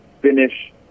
finish